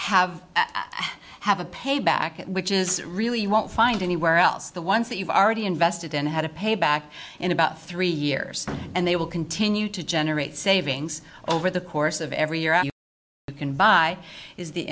have have a payback which is really you won't find anywhere else the ones that you've already invested in had a payback in about three years and they will continue to generate savings over the course of every year you can buy is the